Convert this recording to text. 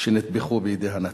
שנטבחו בידי הנאצים.